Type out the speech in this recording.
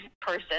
person